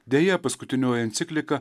deja paskutinioji enciklika